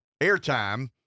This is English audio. airtime